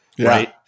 Right